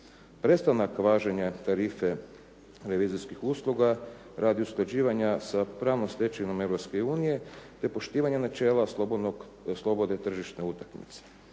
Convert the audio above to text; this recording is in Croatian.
Prestanak važenja tarife revizorskih usluga radi usklađivanja sa pravnom stečevinom Europske unije te poštivanja načela slobodne tržišne utakmice.